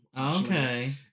Okay